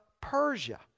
Persia